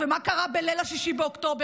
ומה קרה בליל 6 באוקטובר,